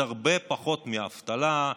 זה הרבה פחות מאבטלה,